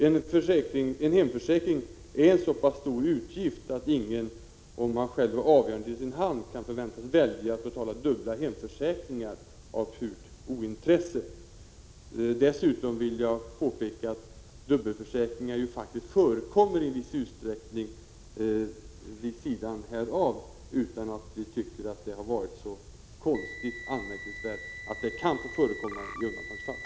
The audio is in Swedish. En hemförsäkring är en så pass stor utgift att ingen, om han själv har avgörandet i sin hand, kan förväntas välja att betala dubbla hemförsäkringar av purt ointresse. Dessutom vill jag påpeka att dubbla försäkringar faktiskt förekommer i viss utsträckning på andra områden, utan att vi anser det vara så anmärkningsvärt, i vart fall om det rör sig om undantagsfall.